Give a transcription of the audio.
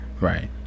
Right